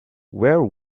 where